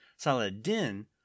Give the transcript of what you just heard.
Saladin